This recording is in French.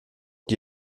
qui